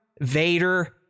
vader